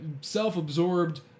self-absorbed